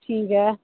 ठीक ऐ